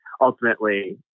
ultimately